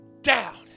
down